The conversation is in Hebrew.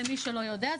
למי שלא יודע,